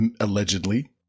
allegedly